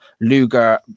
Luger